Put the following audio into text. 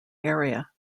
area